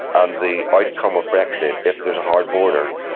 and the outcome of brexit, if there's a hard border,